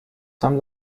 some